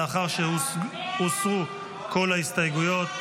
לאחר שהוסרו כל ההסתייגויות.